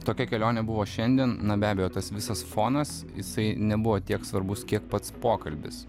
tokia kelionė buvo šiandien be abejo tas visas fonas jisai nebuvo tiek svarbus kiek pats pokalbis